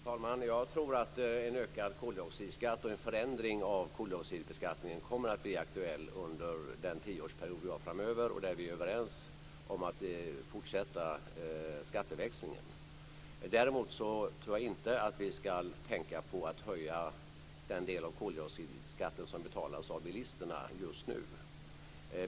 Fru talman! Jag tror att en ökad koldioxidskatt och en förändring av koldioxidbeskattningen kommer att bli aktuell under den tioårsperiod som vi har framöver och där vi är överens om att fortsätta skatteväxlingen. Däremot tror jag inte att vi ska tänka på att höja den del av koldioxidskatten som betalas av bilisterna just nu.